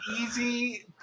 easy